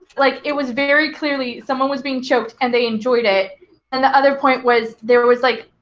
like, it was very clearly someone was being choked and they enjoyed it and the other point was there was, like,